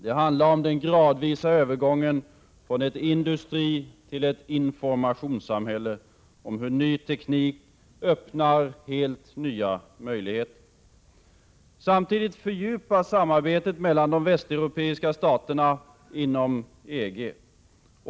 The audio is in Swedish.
Det handlar om den gradvisa övergången från ett industritill ett informationssamhälle och om hur ny teknik öppnar helt nya möjligheter. Samtidigt fördjupas samarbetet mellan de västeuropeiska staterna inom EG.